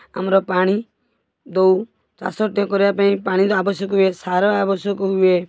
ଆମର ପାଣି ଦଉ ଚାଷଟେ କରିବା ପାଇଁ ପାଣିର ଆବଶ୍ୟକ ହୁଏ ସାର ଆବଶ୍ୟକ ହୁଏ